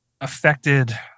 affected